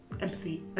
empathy